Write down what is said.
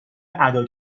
ادا